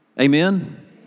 Amen